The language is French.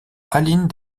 aline